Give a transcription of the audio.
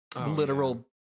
literal